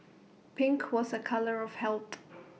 pink was A colour of health